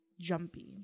jumpy